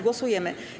Głosujemy.